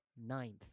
ninth